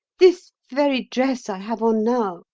this very dress i have on now